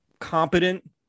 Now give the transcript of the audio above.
competent